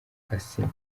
asnah